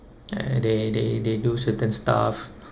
uh they they they do certain stuff